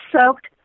soaked